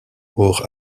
hors